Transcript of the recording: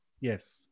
Yes